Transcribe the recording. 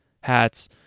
hats